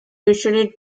usually